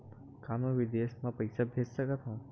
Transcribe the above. का मैं विदेश म पईसा भेज सकत हव?